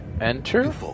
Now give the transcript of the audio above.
Enter